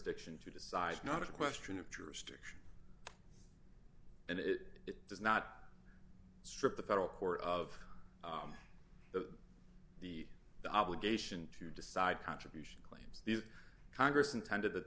diction to decide not a question of jurisdiction and it it does not strip the federal court of the the the obligation to decide contribution claims the congress intended that